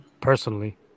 personally